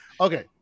Okay